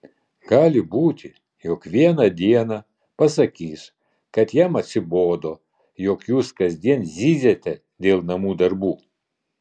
gali būti jog vieną dieną pasakys kad jam atsibodo jog jūs kasdien zyziate dėl namų darbų